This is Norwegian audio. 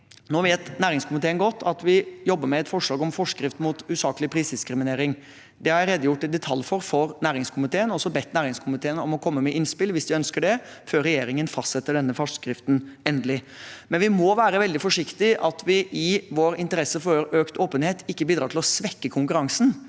Nå vet næringskomiteen godt at vi jobber med et forslag om forskrift mot usaklig prisdiskriminering. Det har jeg redegjort for i detalj for næringskomiteen. Jeg har også bedt næringskomiteen om å komme med innspill hvis de ønsker det, før regjeringen fastsetter denne forskriften endelig. Men vi må være veldig forsiktige, slik at vi i vår interesse for økt åpenhet ikke bidrar til å svekke konkurransen.